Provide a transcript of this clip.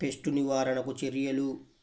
Pest నివారణకు చర్యలు?